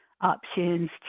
options